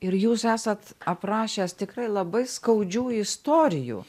ir jūs esat aprašęs tikrai labai skaudžių istorijų